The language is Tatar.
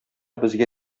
безгә